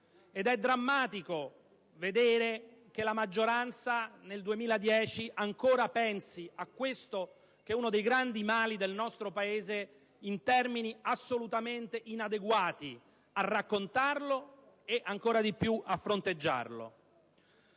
Ed è drammatico constatare che la maggioranza nel 2010 ancora pensa a quello che è uno dei grandi mali del nostro Paese in termini assolutamente inadeguati a raccontarlo e, ancora di più, a fronteggiarlo.